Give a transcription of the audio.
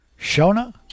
Shona